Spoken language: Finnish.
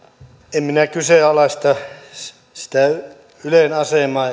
en minä kyseenalaista sitä ylen asemaa